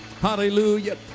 Hallelujah